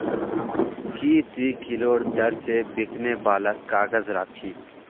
की ती किलोर दर स बिकने वालक काग़ज़ राख छि